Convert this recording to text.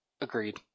Agreed